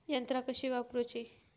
यंत्रा कशी वापरूची?